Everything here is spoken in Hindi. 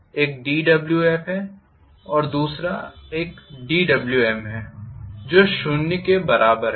एक dWf है दूसरा एक dWm है जो शून्य के बराबर है